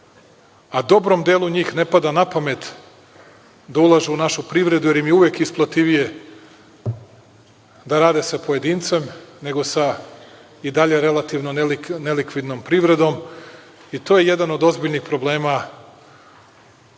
a dobrom delu njih ne pada na pamet da ulaže u našu privredu, jer im je uvek isplativije da rade sa pojedincem nego sa i dalje relativno nelikvidnom privredom. To je jedan od ozbiljnih problema u